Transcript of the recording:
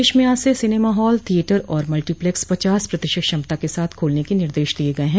प्रदेश में आज से सिनेमाहॉल थियेटर और मल्टीप्लेक्स पचास प्रतिशत क्षमता के साथ खोलने के निर्देश दिये गये हैं